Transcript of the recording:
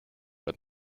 but